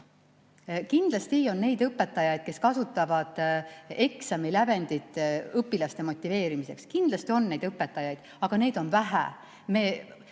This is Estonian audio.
Kindlasti on neid õpetajaid, kes kasutavad eksamilävendit õpilaste motiveerimiseks. Kindlasti on neid õpetajaid, aga neid on vähe. Ma